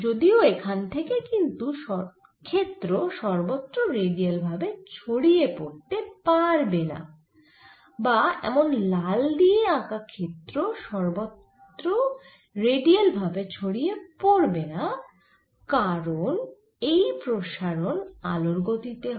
যদিও এখান থেকে কিন্তু ক্ষেত্র সর্বত্র রেডিয়াল ভাবে ছড়িয়ে পড়তে পারবেনা বা এমন লাল দিয়ে আঁকা ক্ষেত্র সর্বত্র রেডিয়াল ভাবে ছড়িয়ে পড়বেনা কারণ এই প্রসারণ আলোর গতি তে হয়